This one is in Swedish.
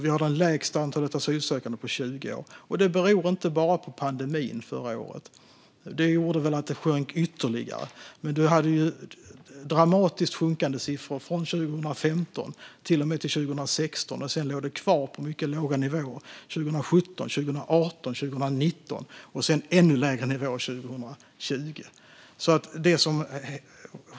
Vi har det lägsta antalet asylsökande på 20 år. Det beror inte bara på pandemin förra året. Den gjorde väl att det sjönk ytterligare, men siffrorna var dramatiskt sjunkande från 2015 till och med 2016, och sedan låg de kvar på mycket låga nivåer 2017, 2018 och 2019. Sedan var det ännu lägre nivåer 2020.